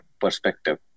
perspective